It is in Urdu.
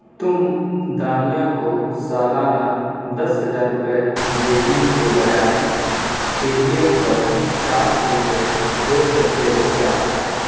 تم دانیہ کو سالانہ دس ہزار روپے بھیجنے کے بجائے پے ٹی ایم پر چار سو روپے بھیج سکتے ہو کیا